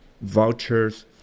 vouchers